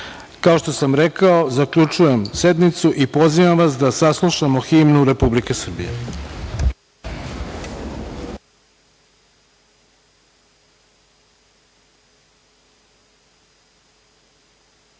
što sam rekao, zaključujem sednicu. Pozivam vas da saslušamo himnu Republike